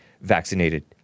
vaccinated